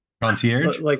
Concierge